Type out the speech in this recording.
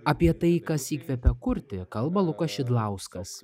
apie tai kas įkvepia kurti kalba lukas šidlauskas